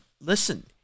listen